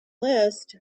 list